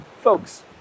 Folks